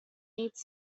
needs